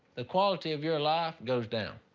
the quality of your life goes down.